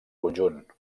conjunt